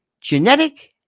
genetic